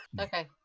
Okay